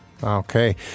Okay